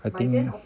I think